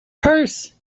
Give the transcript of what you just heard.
purse